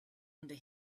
under